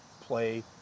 play